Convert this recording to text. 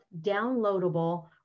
downloadable